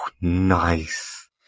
Nice